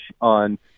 on